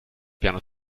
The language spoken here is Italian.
piano